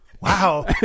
Wow